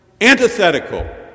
antithetical